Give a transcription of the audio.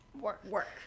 work